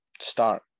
start